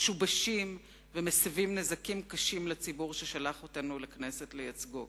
משובשים ומסבים נזקים קשים לציבור ששלח אותנו לכנסת לייצגו.